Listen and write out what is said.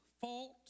fault